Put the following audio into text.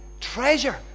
Treasure